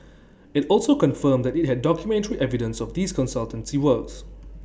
IT also confirmed that IT had documentary evidence of these consultancy works